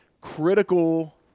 critical